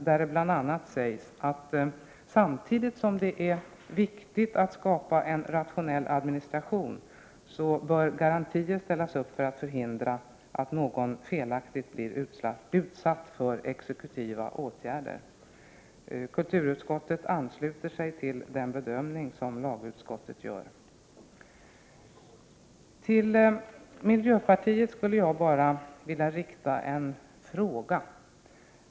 Det sägs bl.a. att det, samtidigt som det är viktigt att skapa en rationell administration, bör ställas upp garantier för att förhindra att någon felaktigt blir utsatt för exekutiva åtgärder. Kulturutskottet ansluter sig till den bedömning som lagutskottet gör. Jag vill rikta en fråga till miljöpartiet.